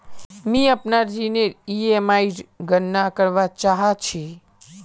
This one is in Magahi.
मि अपनार ऋणनेर ईएमआईर गणना करवा चहा छी